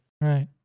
right